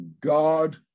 God